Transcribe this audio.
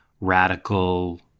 radical